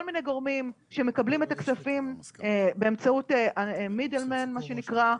מיני גורמים שמקבלים את הכספים באמצעות ספסרים מה שנקרא,